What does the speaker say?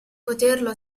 poterlo